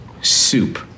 soup